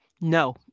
No